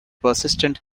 persistent